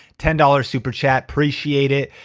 ten dollars super chat. appreciate it.